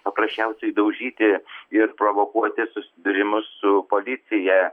paprasčiausiai daužyti ir provokuoti susidūrimus su policija